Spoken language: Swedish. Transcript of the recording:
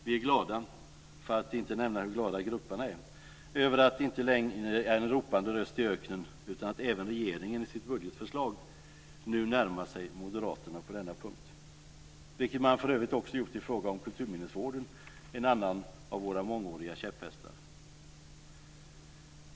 Vi är glada - för att inte nämna hur glada grupperna är - över att vi inte längre är en ropandes röst i öknen utan att även regeringen i sitt budgetförslag nu närmat sig moderaterna på denna punkt, vilket man för övrigt också gjort i fråga om kulturminnesvården - en annan av våra mångåriga käpphästar.